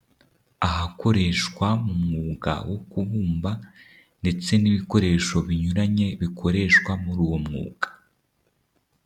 Ahakoreshwa mu mwuga wo kubumba, ndetse n'ibikoresho binyuranye bikoreshwa muri uwo mwuga.